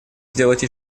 сделать